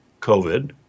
COVID